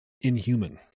inhuman